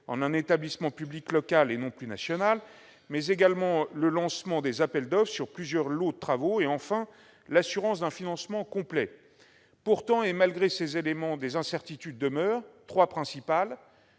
en un établissement public local et non plus national, mais également au lancement des appels d'offres sur plusieurs lots de travaux et, enfin, à l'assurance d'un financement complet. Pourtant, en dépit de ces éléments, des incertitudes demeurent, dont trois principales.